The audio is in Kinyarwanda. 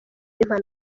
impanuka